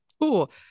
Cool